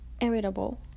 irritable